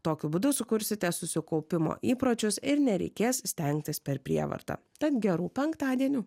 tokiu būdu sukursite susikaupimo įpročius ir nereikės stengtis per prievartą tad gerų penktadienių